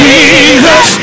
Jesus